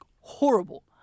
horrible